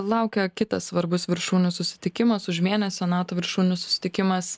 laukia kitas svarbus viršūnių susitikimas už mėnesio nato viršūnių susitikimas